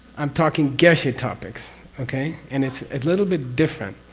i'm talking geshe topics okay? and it's a little bit different.